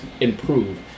improve